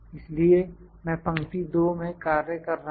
इसलिए मैं पंक्ति 2 में कार्य कर रहा था